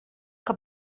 que